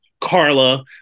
Carla